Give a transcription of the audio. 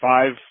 Five